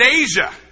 Asia